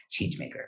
changemaker